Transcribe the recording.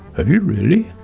have you really?